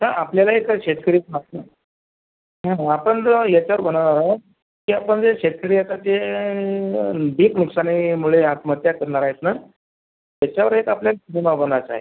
तर आपल्याला एक शेतकरी आपण जर याच्यावर बनव की आपण जे शेतकरी आता ते पीक नुकसानीमुळे आत्महत्या करणार आहेत ना त्याच्यावर एक आपल्याला सिनेमा बनवायचा आहे